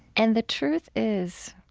and the truth is,